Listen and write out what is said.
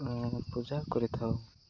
ପୂଜା କରିଥାଉ